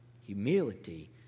Humility